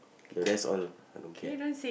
the rest all I don't care